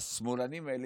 "השמאלנים האלה",